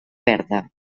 verda